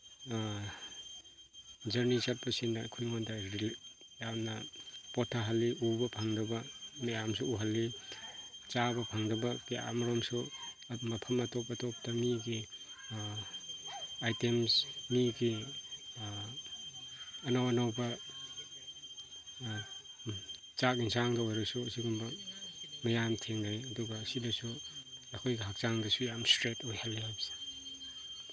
journey ꯆꯠꯄꯁꯤꯅ ꯑꯩꯈꯣꯏꯉꯣꯟꯗ relief ꯌꯥꯝꯅ ꯄꯣꯊꯥꯍꯜꯂꯤ ꯎꯕ ꯐꯪꯗꯕ ꯃꯌꯥꯝꯁꯨ ꯎꯍꯜꯂꯤ ꯆꯥꯕ ꯐꯪꯗꯕ ꯀꯌꯥ ꯑꯃꯔꯣꯝꯁꯨ ꯃꯐꯝ ꯑꯇꯣꯞ ꯑꯇꯣꯞꯄꯗ ꯃꯤꯒꯤ ꯑꯥꯏꯇꯦꯝꯁ ꯃꯤꯒꯤ ꯑꯅꯧ ꯑꯅꯧꯕ ꯆꯥꯛ ꯑꯦꯟꯁꯥꯡꯗ ꯑꯣꯏꯔꯁꯨ ꯑꯁꯤꯒꯨꯝꯕ ꯃꯌꯥꯝ ꯊꯦꯡꯅꯩ ꯑꯗꯨꯒ ꯁꯤꯗꯁꯨ ꯑꯩꯈꯣꯏꯒꯤ ꯍꯛꯆꯥꯡꯗꯁꯨ ꯌꯥꯝ ꯏꯁꯇ꯭ꯔꯦꯠ ꯑꯣꯏꯍꯜꯂꯦ ꯍꯥꯏꯕꯁꯦ